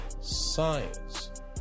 science